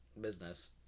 business